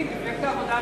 מי נמנע?